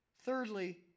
Thirdly